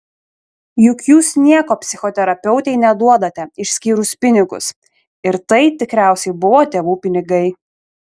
juk jūs nieko psichoterapeutei neduodate išskyrus pinigus ir tai tikriausiai buvo tėvų pinigai